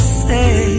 say